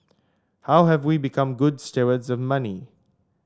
how have we become good stewards of money